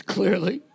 Clearly